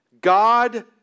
God